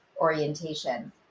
orientation